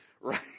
right